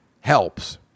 helps